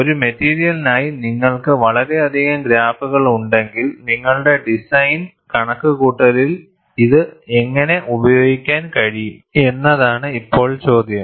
ഒരു മെറ്റീരിയലിനായി നിങ്ങൾക്ക് വളരെയധികം ഗ്രാഫുകൾ ഉണ്ടെങ്കിൽ നിങ്ങളുടെ ഡിസൈൻ കണക്കുകൂട്ടലിൽ ഇത് എങ്ങനെ ഉപയോഗിക്കാൻ കഴിയും എന്നതാണ് ഇപ്പോൾ ചോദ്യം